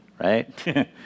right